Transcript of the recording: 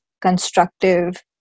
constructive